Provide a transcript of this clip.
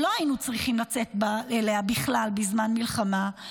שלא היינו צריכים לצאת אליה בכלל, בזמן מלחמה.